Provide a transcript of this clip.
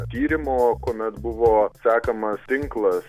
tyrimo kuomet buvo sekamas tinklas